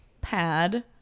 pad